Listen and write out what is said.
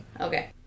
Okay